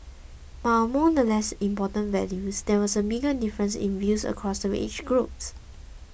but among the less important values there was a bigger difference in views across the age groups